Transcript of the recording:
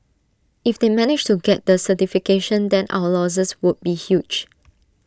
if they managed to get the certification then our losses would be huge